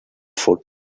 foot